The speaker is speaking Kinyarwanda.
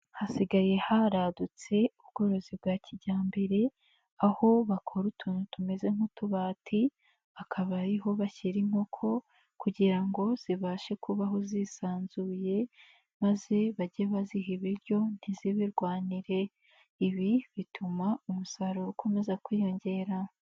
Hasigaye haradutse ubworozi bwa kijyambere, aho bakora utuntu tumeze nk'utubati hakaba ari ho bashyira inkoko kugira ngo zibashe kubaho zisanzuye maze bajye baziha ibiryo ntizibirwanire, ibi bituma umusaruro ukomeza kwiyongera.